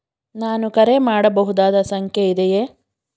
ನಾನು ಕರೆ ಮಾಡಬಹುದಾದ ಸಂಖ್ಯೆ ಇದೆಯೇ?